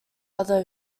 other